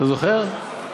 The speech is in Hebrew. אתה זוכר?